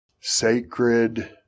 Sacred